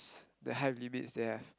the heigh limits they have